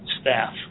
staff